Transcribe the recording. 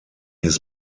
his